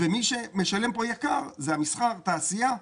מי שמשלם פה יקר זה המסחר, התעשייה,